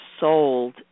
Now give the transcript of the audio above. Sold